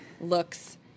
looks